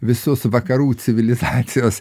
visus vakarų civilizacijos